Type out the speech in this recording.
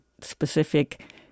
specific